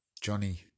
Johnny